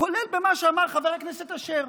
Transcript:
כולל גם מה שאמר חבר הכנסת אשר: